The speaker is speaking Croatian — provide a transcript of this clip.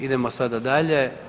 Idemo sada dalje.